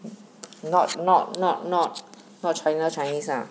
not not not not not China chinese lah